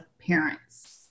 parents